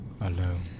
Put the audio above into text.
alone